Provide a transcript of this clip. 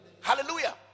Hallelujah